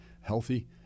Healthy